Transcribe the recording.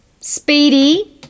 Speedy